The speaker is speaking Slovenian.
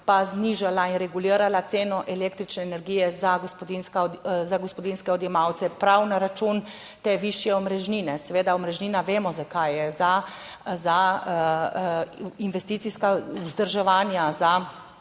pa znižala in regulirala ceno električne energije za gospodinjstva, za gospodinjske odjemalce prav na račun te višje omrežnine, seveda, omrežnina, vemo zakaj je za investicijska vzdrževanja za